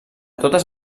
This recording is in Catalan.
totes